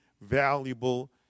valuable